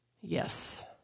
Yes